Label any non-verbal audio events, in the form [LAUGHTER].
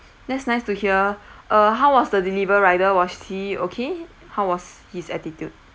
that's nice to hear [BREATH] uh how was the deliver rider was he okay how was his attitude